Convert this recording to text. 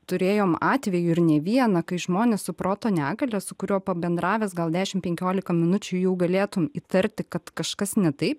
turėjom atvejų ir ne vieną kai žmonės su proto negalia su kuriuo pabendravęs gal dešim penkiolika minučių jau galėtum įtarti kad kažkas ne taip